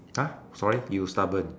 !huh! sorry you stubborn